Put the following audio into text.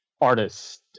artist